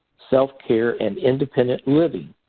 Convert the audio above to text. self-care and independent living.